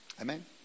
Amen